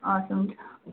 हस् हुन्छ